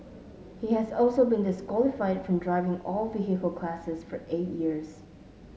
he has also been disqualified from driving all vehicle classes for eight years